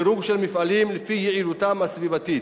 דירוג של מפעלים לפי יעילותם הסביבתית.